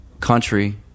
country